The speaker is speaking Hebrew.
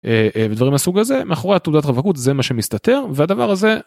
ודברים מהסוג הזה, מאחורי התעודת רווקות זה מה שמסתתר, והדבר הזה